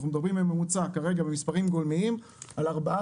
אנחנו מדברים בממוצע כרגע במספרים גולמיים על ארבעה